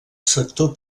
sector